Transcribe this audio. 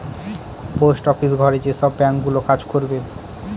post office ঘরে যেসব bank গুলো কাজ করবে